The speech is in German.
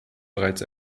bereits